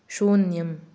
शून्यम्